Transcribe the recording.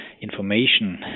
information